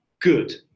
good